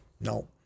No